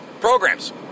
programs